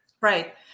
Right